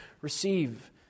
receive